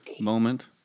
moment